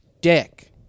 dick